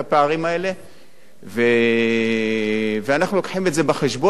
ואנחנו מביאים את זה בחשבון ודוחפים קדימה כמה שאנחנו רק יכולים.